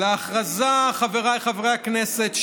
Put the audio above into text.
חבריי חברי הכנסת,